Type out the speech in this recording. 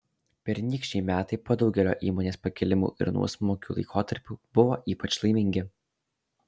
pernykščiai metai po daugelio įmonės pakilimų ir nuosmukių laikotarpių buvo ypač laimingi